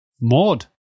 Maud